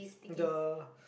the